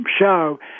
show